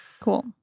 Cool